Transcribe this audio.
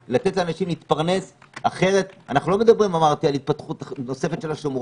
נראה לך שאנשים יבואו להשקיע איפה שאי-אפשר?